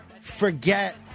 forget